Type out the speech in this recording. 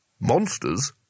Monsters